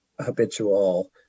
habitual